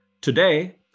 Today